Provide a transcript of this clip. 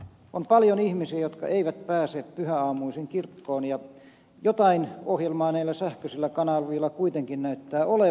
on paljon ihmisiä jotka eivät pääse pyhäaamuisin kirkkoon ja jotain ohjelmaa näillä sähköisillä kanavilla kuitenkin näyttää olevan